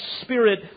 spirit